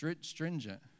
stringent